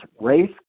race